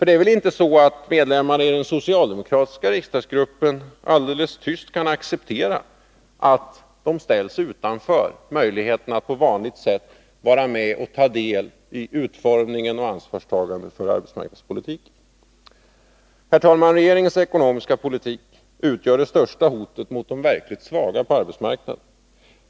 Det är väl inte så att medlemmarna i den socialdemokratiska riksdagsgruppen alldeles tysta kan acceptera att de fråntas möjligheterna att på vanligt sätt vara med och ta del av utformningen av och ansvarstagandet för arbetsmarknadspolitiken? Herr talman! Regeringens ekonomiska politik utgör det största hotet mot de riktigt svaga på arbetsmarknaden.